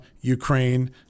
Ukraine